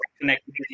connected